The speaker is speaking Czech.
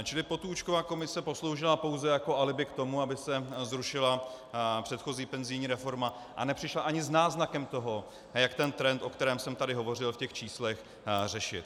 Čili Potůčkova komise posloužila pouze jako alibi k tomu, aby se zrušila předchozí penzijní reforma, a nepřišla ani s náznakem toho, jak ten trend, o kterém jsem tady hovořil v číslech, řešit.